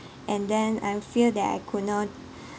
and then I fear that I could not